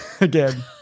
Again